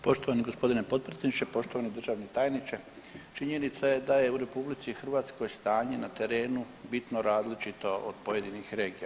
Poštovani gospodine potpredsjedniče, poštovani državni tajniče činjenica da je u RH stanje na terenu bitno različito od pojedinih regija.